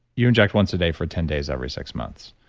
you inject once a day for ten days every six months,